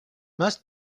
must